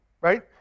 right